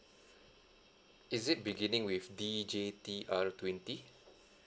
is it beginning with D J T R twenty